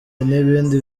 n’ibindi